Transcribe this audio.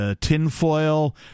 tinfoil